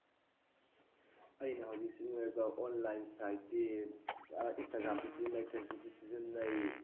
ꯑꯩꯅ ꯍꯧꯖꯤꯛ ꯁꯤꯖꯤꯟꯅꯔꯤꯕ ꯑꯣꯟꯂꯥꯏꯟ ꯁꯥꯏꯠꯇꯤ ꯏꯟꯁꯇꯥꯒ꯭ꯔꯥꯝꯁꯨ ꯁꯤꯖꯤꯟꯅꯩ ꯐꯦꯁꯕꯨꯛꯁꯨ ꯁꯤꯖꯤꯟꯅꯩ